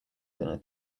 dinner